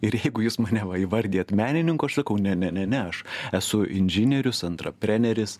ir jeigu jūs mane va įvardijat menininku aš sakau ne ne ne ne aš esu inžinierius antra treneris